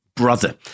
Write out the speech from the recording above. brother